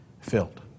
filled